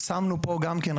שמנו פה גם כן,